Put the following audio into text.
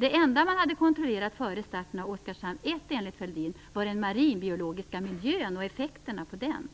Det enda man hade kontrollerat före starten av Oskarshamn 1 var, enligt Fälldin, den marinbiologiska miljön och effekterna på den.